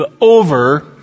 over